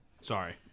Sorry